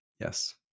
Yes